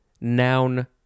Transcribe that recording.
noun